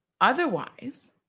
Otherwise